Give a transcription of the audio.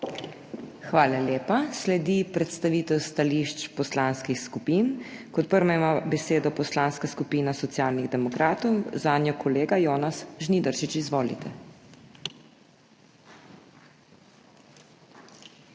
Hvala lepa. Sledi predstavitev stališč poslanskih skupin. Kot prva ima besedo Poslanska skupina Socialnih demokratov. Zanjo kolega Jonas Žnidaršič. Izvolite.